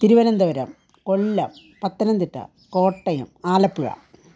Thiruvananthapuram Kollam Pathanamthitta Kottayam Alappuzha